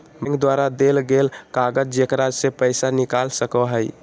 bank द्वारा देल गेल कागज जेकरा से पैसा निकाल सको हइ